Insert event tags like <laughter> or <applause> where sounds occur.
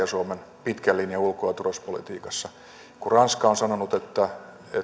<unintelligible> suomen pitkän linjan ulko ja turvallisuuspolitiikassa kun ranska on sanonut